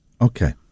Okay